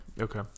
Okay